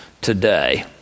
today